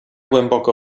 głęboko